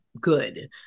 good